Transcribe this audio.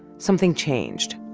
something changed.